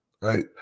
Right